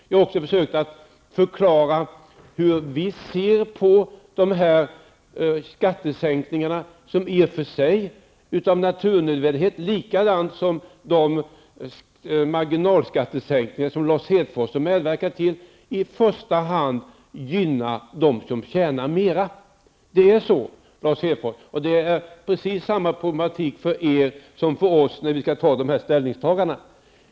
Jag har också försökt förklara hur vi ser på dessa skattesänkningar, som av naturnödvändighet, på samma sätt som de marginalskattesänkningar som Lars Hedfors har medverkat till, i första hand gynnar dem som tjänar mera. Det är precis samma problematik för er, Lars Hedfors, som för oss när vi skall göra dessa ställningstaganden.